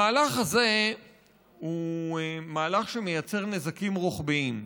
המהלך הזה הוא מהלך שמייצר נזקים רוחביים.